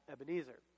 Ebenezer